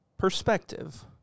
perspective